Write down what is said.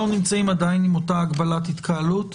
אנחנו נמצאים עדיין עם אותה הגבלת התקהלות,